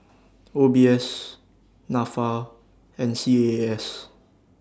O B S Nafa and C A A S